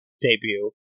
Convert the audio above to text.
debut